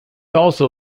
also